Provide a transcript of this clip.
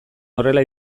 horrela